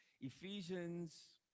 Ephesians